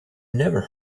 never